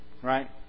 Right